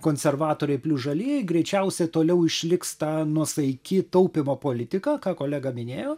konservatoriai plius žalieji greičiausiai toliau išliks ta nuosaiki taupymo politika ką kolega minėjo